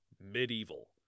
medieval